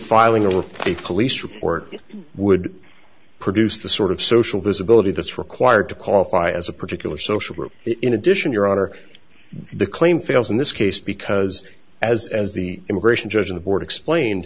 report a police report would produce the sort of social visibility that's required to qualify as a particular social group in addition your honor the claim fails in this case because as as the immigration judge in the board explained